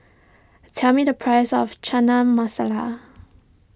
tell me the price of Chana Masala